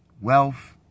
wealth